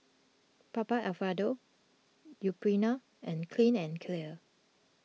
Papa Alfredo Purina and Clean and Clear